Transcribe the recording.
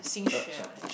urge ah